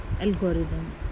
algorithm